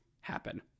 happen